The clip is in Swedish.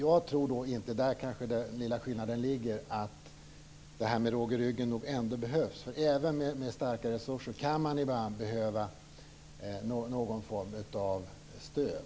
Jag tror ändå att det jag sade om råg i ryggen är nödvändigt - där kanske den lilla skillnaden ligger. Även med starka resurser kan man ibland behöva någon form av stöd.